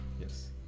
yes